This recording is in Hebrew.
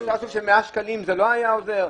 אפשר לחשוב ש-100 שקלים לא היו עוזרים?